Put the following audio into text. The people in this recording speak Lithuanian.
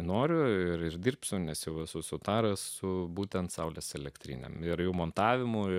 noriu ir dirbsiu nes jau esu sutaręs su būtent saulės elektrinėms ir jų montavimui